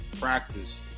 practice